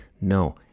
no